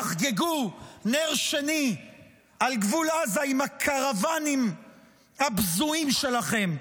תחגגו נר שני על גבול עזה עם הקרוואנים הבזויים שלכם,